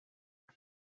els